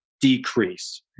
decrease